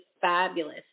fabulous